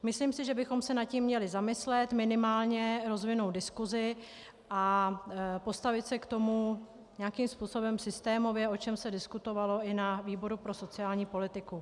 Myslím, že bychom se nad tím měli zamyslet, minimálně rozvinout diskusi a postavit se k tomu nějakým způsobem systémově, o čemž se diskutovalo i na výboru pro sociální politiku.